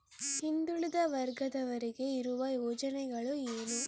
ಹಿಂದುಳಿದ ವರ್ಗದವರಿಗೆ ಇರುವ ಯೋಜನೆಗಳು ಏನು?